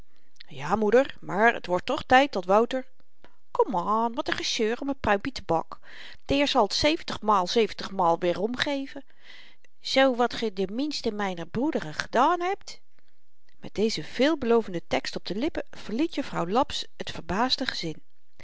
ja moeder maar t wordt toch tyd dat wouter komaan wat n geseur om n pruimpie tabak de heer zal t zeventigmaal zeventigmaal weerom geven zoo wat ge den minsten myner broederen gedaan hebt met deze veelbelovende teksten op de lippen verliet juffrouw laps t verbaasde gezin